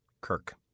Kirk